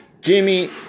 Jimmy